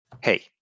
hey